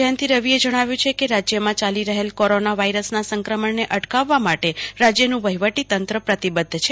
જયંતિ રવિએ જણાવ્યું છે કે રાજ્યમાં ચાલી રહેલ કોરોના વાઈરસના સંક્રમણને અટકાવવા માટે રાજ્યનું વહીવટીતંત્ર પ્રતિબધ્ધ છે